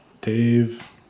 Dave